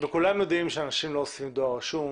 כולם יודעים שאנשים לא אוספים דואר רשום